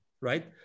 right